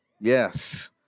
Yes